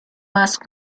ask